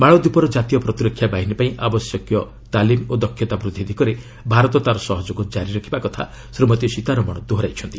ମାଳଦୀପର ଜାତୀୟ ପ୍ରତିରକ୍ଷା ବାହିନୀ ପାଇଁ ଆବଶ୍ୟକ ତାଲିମ ଓ ଦକ୍ଷତା ବୃଦ୍ଧି ଦିଗରେ ଭାରତ ତା'ର ସହଯୋଗ ଜାରି ରଖିବା କଥା ଶ୍ରୀମତୀ ସୀତାରମଣ ଦୋହରାଇଛନ୍ତି